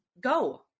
go